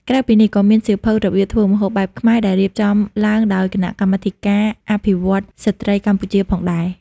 ក្រៅពីនេះ ក៏មានសៀវភៅ របៀបធ្វើម្ហូបបែបខ្មែរ ដែលរៀបចំឡើងដោយ គណៈកម្មាធិការអភិវឌ្ឍន៍ស្ដ្រីកម្ពុជាផងដែរ។